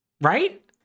Right